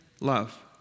love